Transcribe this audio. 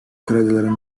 kredilerin